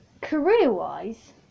career-wise